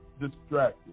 distracted